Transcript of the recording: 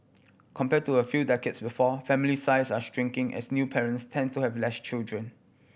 compared to a few decades before family size are shrinking as new parents tend to have less children